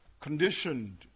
conditioned